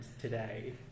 today